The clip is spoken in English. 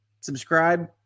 subscribe